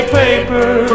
paper